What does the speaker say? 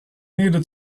needed